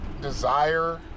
desire